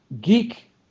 Geek